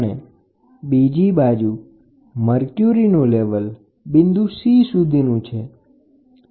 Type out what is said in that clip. અને બીજી બાજુ મર્ક્યુરીનું લેવલ બિંદુ C સુધી છે તો આ મર્ક્યુરીનું લેવલ છે